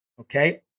Okay